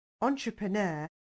entrepreneur